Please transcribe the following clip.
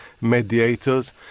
mediators